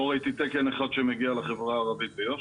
לא ראיתי תקן אחד שמגיע לחברה הערבית ביו"ש.